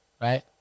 Right